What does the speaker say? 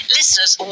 Listeners